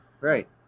right